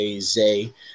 Zay